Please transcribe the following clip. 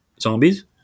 Zombies